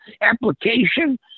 application